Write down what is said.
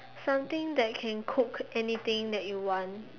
something that can cook anything that you want